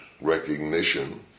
recognition